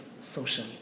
social